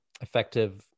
effective